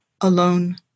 alone